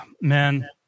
Man